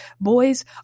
boys